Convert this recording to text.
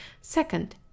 Second